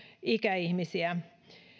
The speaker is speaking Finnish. ikäihmisiä